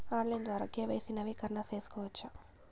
Online ద్వారా KYC నవీకరణ సేసుకోవచ్చా?